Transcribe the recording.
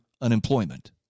unemployment